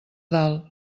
dalt